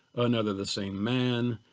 another the same man,